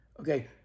okay